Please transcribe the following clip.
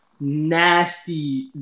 nasty